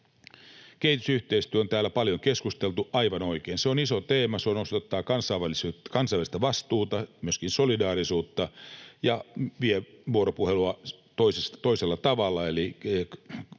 Kehitysyhteistyöstä on täällä paljon keskusteltu, aivan oikein, se on iso teema. Se osoittaa kansainvälistä vastuuta, myöskin solidaarisuutta, ja vie vuoropuhelua toisella tavalla,